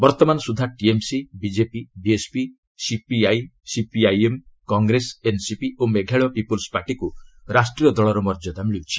ବର୍ତ୍ତମାନ ସୁଦ୍ଧା TMC BJP BSP CPI CPIM Congress NCP ଓ ମେଘାଳୟ ପିପୁଲ୍ସ ପାର୍ଟିକୁ ରାଷ୍ଟ୍ରୀୟ ଦଳର ମର୍ଯ୍ୟାଦା ମିଳୁଛି